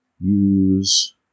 use